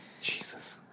Jesus